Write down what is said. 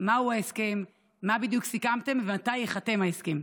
מהו ההסכם, מה בדיוק סיכמתם ומתי ייחתם ההסכם?